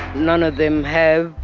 none of them have.